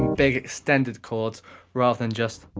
big extended chords rather than just